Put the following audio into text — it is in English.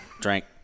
drank